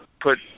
put